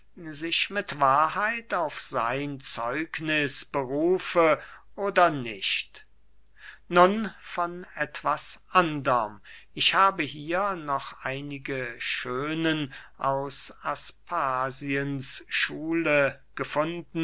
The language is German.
sich mit wahrheit auf sein zeugniß berufe oder nicht nun von etwas anderm ich habe hier noch einige schönen aus